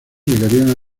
llegarían